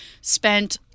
spent